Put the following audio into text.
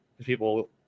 People